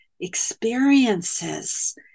experiences